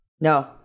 No